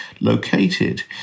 located